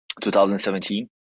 2017